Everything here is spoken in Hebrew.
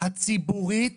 הציבורית